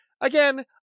Again